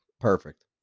Perfect